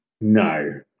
No